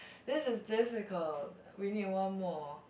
this is difficult we need one more